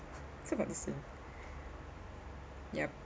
it's about the same yup